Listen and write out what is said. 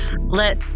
let